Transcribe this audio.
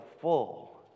full